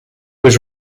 was